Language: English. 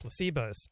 placebos